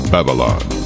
Babylon